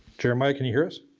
jeremiah can you hear us?